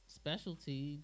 specialty